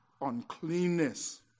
Uncleanness